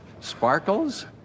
sparkles